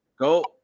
Go